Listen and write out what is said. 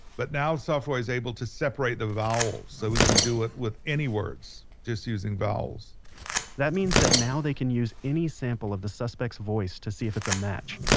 but now software's able to separate the vowels so we can do it with any words just using vowels that means that now they can use any sample of the suspect's voice to see if it's a match.